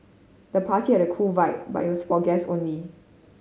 the party had a cool vibe but it was for guests only